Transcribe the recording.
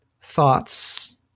thoughts